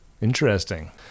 Interesting